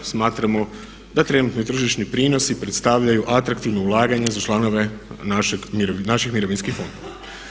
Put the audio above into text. Smatramo da trenutno i tržišni prinosi predstavljaju atraktivno ulaganje za članove naših mirovinskih fondova.